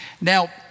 Now